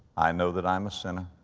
i know that i'm a sinner.